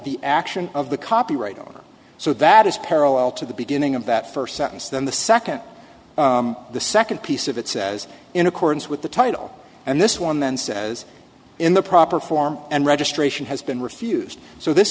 the action of the copyright owner so that is parallel to the beginning of that first sentence then the second the second piece of it says in accordance with the title and this one then says in the proper form and registration has been refused so this